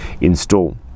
install